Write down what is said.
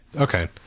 Okay